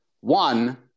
One